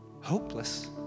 hopeless